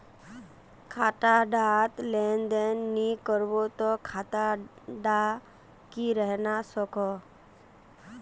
खाता डात लेन देन नि करबो ते खाता दा की रहना सकोहो?